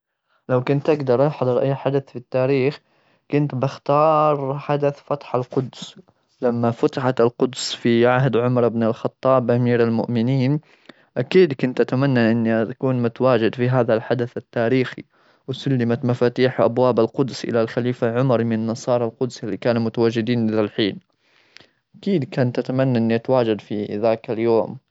لو كنت أقدر أحضر أي حدث في التاريخ، كنت بختار حدث فتح القدس، لما فتحت القدس في عهد عمر بن الخطاب، أمير المؤمنين. أكيد كنت أتمنى أني أكون متواجد في هذا الحدث التاريخي، وسلمت مفاتيح أبواب القدس إلى الخليفة عمر من نصارى القدس اللي كانوا متواجدين للحين. أكيد كنت أتمنى أني أتواجد في ذاك اليوم.